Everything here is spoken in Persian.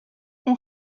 اون